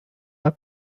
are